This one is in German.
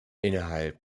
innerhalb